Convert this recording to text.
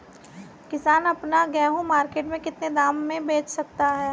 किसान अपना गेहूँ मार्केट में कितने दाम में बेच सकता है?